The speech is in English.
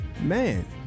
man